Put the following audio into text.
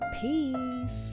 peace